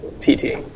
T-T